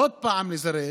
עוד פעם לזרז,